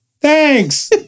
Thanks